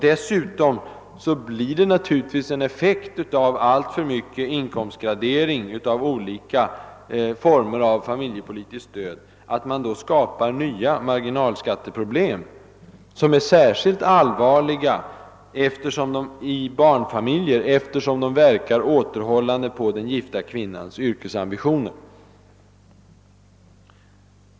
Dels blir naturligtvis effekten av alltför mycket inkomstgradering av olika former av familjepolitiskt stöd, att man skapar nya marginalskatteproblem, som är särskilt allvarliga i barnfamiljer, eftersom de verkar återhållande på den gifta kvinnans yrkesambitioner.